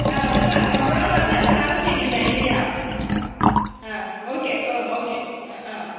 ஆ அது தான் சம்பளோன்னா தான் எல்லாம் வேலை செய்யறீங்க இல்லையா ஆ ஓகே ஓ ஓகே ஆ ஆ